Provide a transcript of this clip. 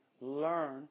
learn